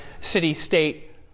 city-state